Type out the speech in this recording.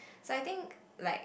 so I think like